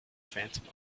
fatima